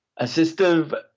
assistive